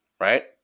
right